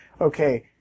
okay